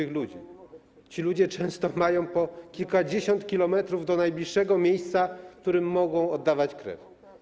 Ci ludzie często mają po kilkadziesiąt kilometrów do najbliższego miejsca, w którym mogą oddać krew.